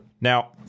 Now